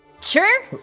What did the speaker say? Sure